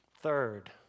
Third